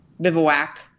Bivouac